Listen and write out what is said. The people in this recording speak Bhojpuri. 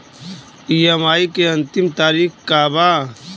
ई.एम.आई के अंतिम तारीख का बा?